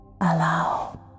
Allow